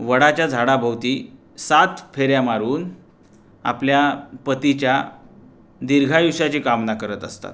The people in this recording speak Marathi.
वडाच्या झाडाभोवती सात फेऱ्या मारून आपल्या पतीच्या दीर्घायुष्याची कामना करत असतात